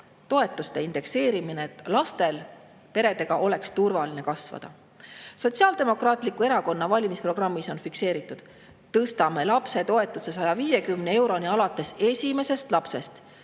toetuste indekseerimine, et lastel peredes oleks turvaline kasvada. Sotsiaaldemokraatliku Erakonna valimisprogrammis on fikseeritud, et nad tõstavad lapsetoetuse 150 euroni alates esimesest lapsest.